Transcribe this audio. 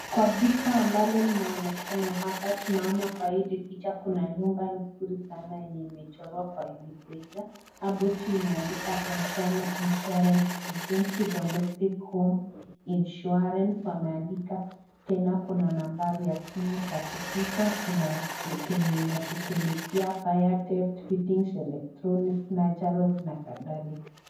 Kwa picha ambalo linaonekana hapa tunaona kwa hili picha Kuna nyumba nzuri sanaa yenye imechorwa kwa manjano , hapo chini imeandikwa Anziano Insurance Agency domestic home insurance wameandika tena kuna nambari ya simu ya kupika kuna yenye kinashughulikia fire, theft , fittings, electronics natural na kadhalika